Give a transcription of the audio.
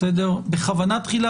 בכוונה תחילה,